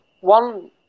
one